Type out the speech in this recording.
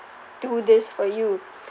do this for you